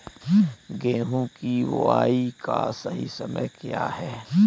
गेहूँ की बुआई का सही समय क्या है?